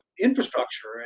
infrastructure